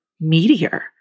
meteor